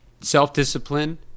self-discipline